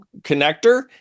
connector